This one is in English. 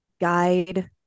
guide